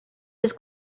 his